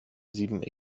sieben